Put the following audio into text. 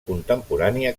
contemporània